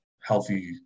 healthy